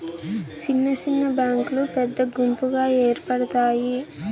సిన్న సిన్న బ్యాంకులు పెద్ద గుంపుగా ఏర్పడుతాయి